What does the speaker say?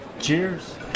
Cheers